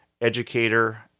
educator